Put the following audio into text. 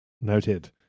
Noted